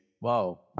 Wow